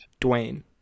Dwayne